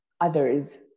others